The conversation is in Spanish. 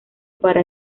para